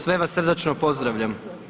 Sve vas srdačno pozdravljam.